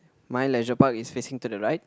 my leisure park is facing to the right